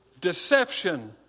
deception